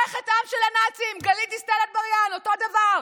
זה חטאם של הנאצים, גלית דיסטל אטבריאן, אותו דבר.